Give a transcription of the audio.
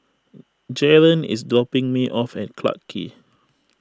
Jaren is dropping me off Clarke Quay